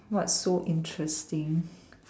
what so interesting